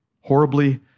horribly